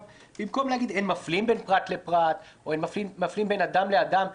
במקום להגיד אין מפלים בין פרט לפרט או אין מפלים בין אדם לאדם.